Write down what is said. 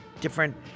different